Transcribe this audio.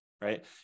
right